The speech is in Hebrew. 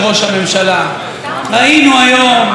ראינו היום את המתוסכלים,